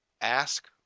ask